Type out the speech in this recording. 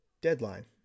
Deadline